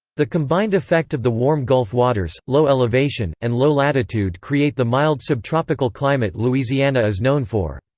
the combined effect of the warm gulf waters, low elevation, and low latitude create the mild subtropical climate louisiana is known for.